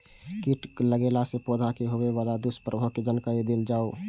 कीट लगेला से पौधा के होबे वाला दुष्प्रभाव के जानकारी देल जाऊ?